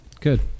Good